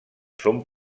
són